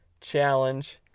challenge